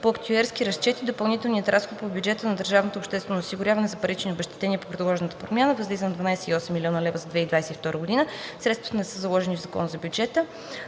По актюерски разчети допълнителният разход от бюджета на държавното обществено осигуряване за парични обезщетения в предложената промяна възлиза на 12,8 млн. лв. за 2022 година. Средствата не са заложени в Закона за бюджета.